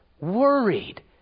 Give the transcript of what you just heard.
worried